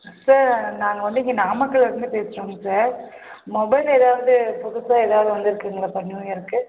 sir நாங்கள் வந்து இங்கே நாமக்கல்லிருந்து பேசுகிறோங்க சார் மொபைல் ஏதாவது புதுசா ஏதாவது வந்திருக்குங்களா இப்போ நியூ இயர்க்கு